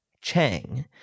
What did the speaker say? chang